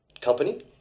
company